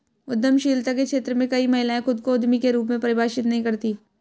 उद्यमशीलता के क्षेत्र में कई महिलाएं खुद को उद्यमी के रूप में परिभाषित नहीं करती